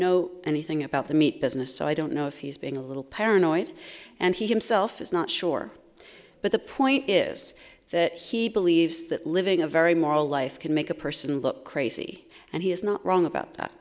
know anything about the meat business so i don't know if he's being a little paranoid and he himself is not sure but the point is that he believes that living a very moral life can make a person look crazy and he is not wrong about that